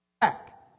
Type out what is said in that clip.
back